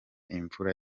imvura